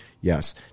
Yes